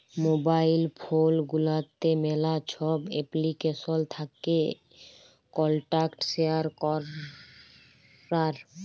mobile phone গুলাতে ম্যালা ছব এপ্লিকেশল থ্যাকে কল্টাক্ট শেয়ার ক্যরার